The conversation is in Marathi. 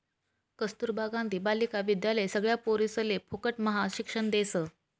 कस्तूरबा गांधी बालिका विद्यालय सगळ्या पोरिसले फुकटम्हा शिक्षण देस